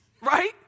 Right